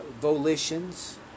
volitions